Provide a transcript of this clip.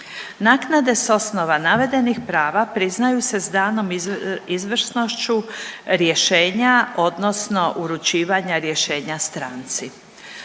Naknade s osnova navedenih prava priznaju se s danom izvrsnošću rješenja odnosno uručivanja rješenja stranci.